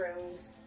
rooms